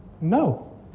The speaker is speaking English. No